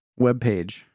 webpage